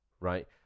right